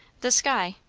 the sky.